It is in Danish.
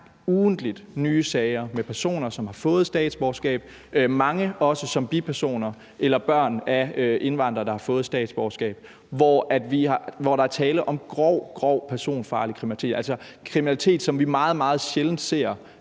ugentligt nye sager med personer, som har fået statsborgerskab, mange også som bipersoner eller børn af indvandrere, der har fået statsborgerskab, hvor der er tale om grov, grov personfarlig kriminalitet, altså kriminalitet, som vi meget sjældent ser